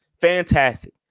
Fantastic